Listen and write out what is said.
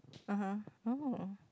uh [huh] oh